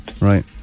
right